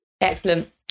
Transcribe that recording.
Excellent